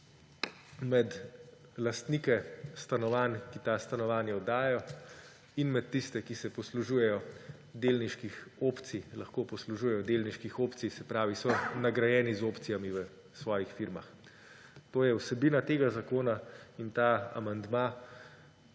med lastnike stanovanj, ki ta stanovanja oddajajo, in med tiste, ki se poslužujejo delniških opcij, lahko poslužujejo delniških opcij, se pravi so nagrajeni z opcijami v svojih firmah. To je vsebina tega zakona in ta amandma